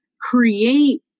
create